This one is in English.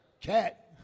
Cat